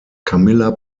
camilla